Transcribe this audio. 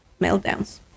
meltdowns